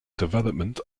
development